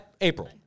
April